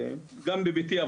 גם בביתי,